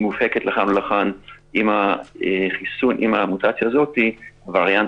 מובהקת לכאן או לכאן אם המוטציה הזאת - וריאנט